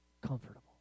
comfortable